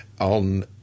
on